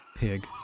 pig